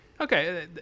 okay